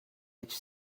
which